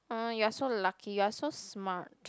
you are so lucky you are so smart